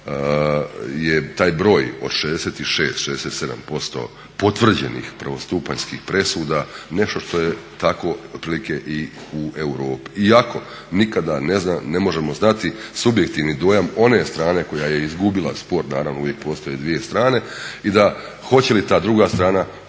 je taj broj od 66, 67% potvrđenih prvostupanjskih presuda nešto što je tako otprilike i u Europi. Iako nikada ne možemo znati subjektivni dojam one strane koja je izgubila spor. Naravno, uvijek postoje dvije strane i da hoće li ta druga strana